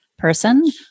person